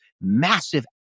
massive